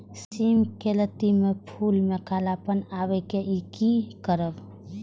सिम के लत्ती में फुल में कालापन आवे इ कि करब?